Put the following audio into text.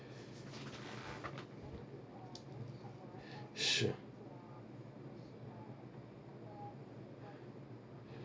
sure